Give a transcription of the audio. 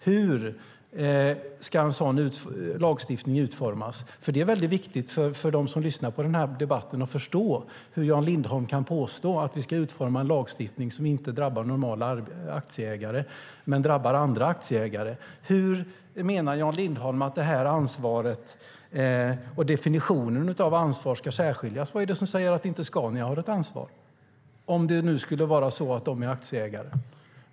Hur ska en sådan lagstiftning utformas? Det är väldigt viktigt för dem som lyssnar på den här debatten att förstå hur Jan Lindholm kan påstå att vi ska utforma en lagstiftning som inte drabbar normala aktieägare utan andra aktieägare. Hur menar Jan Lindholm att det här ansvaret och definitionen av ansvaret ska särskiljas? Vad är det som säger att inte Scania har ett ansvar, om det nu skulle vara så att de är aktieägare?